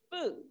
food